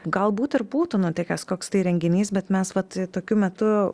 galbūt ir būtų nutikęs koks tai renginys bet mes vat tokiu metu